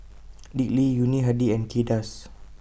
Dick Lee Yuni Hadi and Kay Das